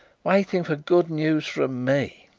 waiting for good news from me!